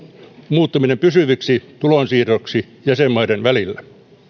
muuttuminen pysyviksi tulonsiirroiksi jäsenmaiden välillä